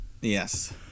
Yes